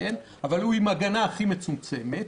אבל הוא עם ההגנה הכי מצומצמת